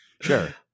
Sure